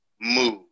move